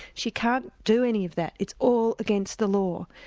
she can't do any of that, it's all against the law.